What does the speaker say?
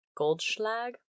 Goldschlag